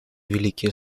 великие